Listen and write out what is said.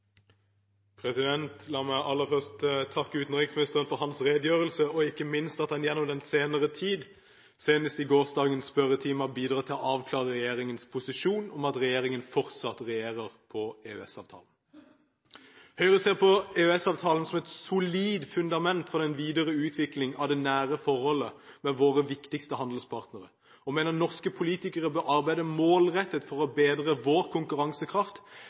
bidratt til å avklare regjeringens posisjon om at regjeringen fortsatt regjerer på grunnlag av EØS-avtalen. Høyre ser på EØS-avtalen som et solid fundament for den videre utvikling av det nære forholdet til våre viktigste handelspartnere og mener norske politikere bør arbeide målrettet for å bedre vår konkurransekraft,